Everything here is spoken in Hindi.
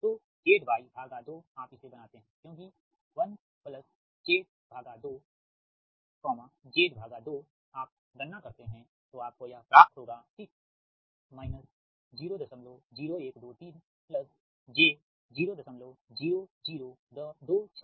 तोZY2आप इसे बनाते हैं क्योंकि 1ZY2 ZY2 आप गणना करते हैं तो आपको यह प्राप्त होगा ठीक 00123 j000264